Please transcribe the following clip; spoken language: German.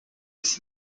des